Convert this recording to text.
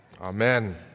Amen